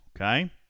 okay